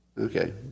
okay